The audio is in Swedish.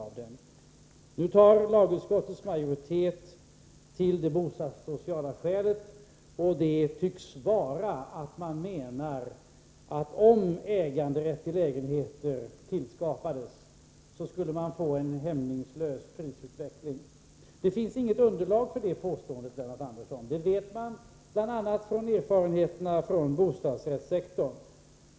Men nu tar lagutskottets majoritet till det bostadssociala argumentet. Man tycks mena att om äganderätt till lägenheter tillskapades, skulle det bli en hämningslös prisutveckling. Det finns dock inget underlag för det påståendet, Lennart Andersson; det vet man bl.a. av erfarenheterna från bostadsrättssektorn.